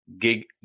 Gig